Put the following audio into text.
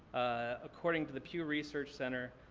according to the pew research center,